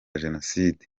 jenoside